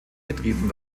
betrieben